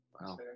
Wow